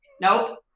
nope